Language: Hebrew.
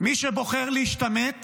מי שבוחר להשתמט